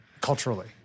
culturally